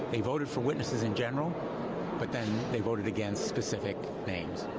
they voted for witnesses in general but then they voted against specific things.